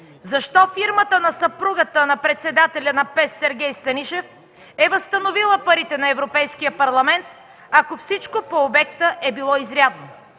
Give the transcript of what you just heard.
защо фирмата на съпругата на председателя на ПЕС Сергей Станишев е възстановила парите на Европейския парламент, ако всичко по обекта е било изрядно?